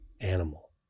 animal